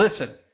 listen